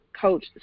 coach